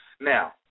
Now